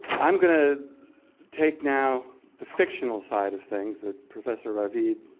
i'm going to take now the fictional side of things that professor ravid